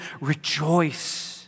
rejoice